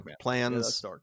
Plans